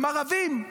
הם ערבים,